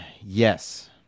yes